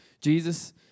Jesus